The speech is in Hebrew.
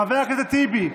חבר הכנסת טיבי,